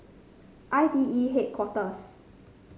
I T E Headquarters